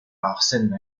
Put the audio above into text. arsène